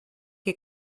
que